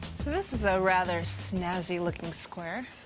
this is a rather snazzy looking square.